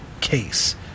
case